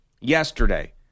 yesterday